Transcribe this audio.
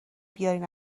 بیارین